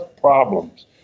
problems